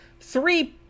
Three